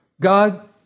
God